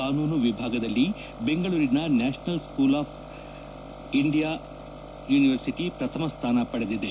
ಕಾನೂನು ವಿಭಾಗದಲ್ಲಿ ದೆಂಗಳೂರಿನ national law school of India university ಪ್ರಥಮ ಸ್ನಾನ ಪಡೆದಿದೆ